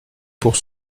pour